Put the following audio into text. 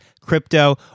crypto